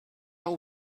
will